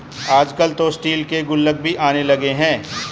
आजकल तो स्टील के गुल्लक भी आने लगे हैं